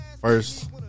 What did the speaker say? First